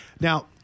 now